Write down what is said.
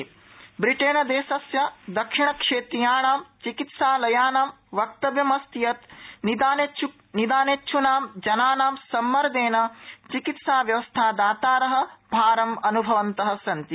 Britain covid ब्रिटेनदेशस्य दक्षिणक्षेत्रीयानां चिकित्सालयानां वक्तव्यमस्ति यत् निदानेच्छूनां जनानां सम्मर्देन चिकित्साव्यवस्थादातार भारमनुभवन्त सन्ति